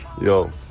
Yo